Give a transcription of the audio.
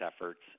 efforts